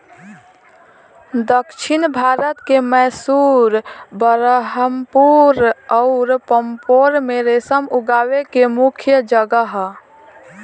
दक्षिण भारत के मैसूर, बरहामपुर अउर पांपोर में रेशम उगावे के मुख्या जगह ह